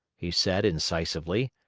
he said incisively.